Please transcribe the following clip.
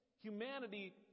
humanity